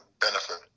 benefit